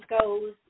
goes